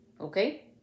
okay